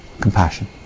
Compassion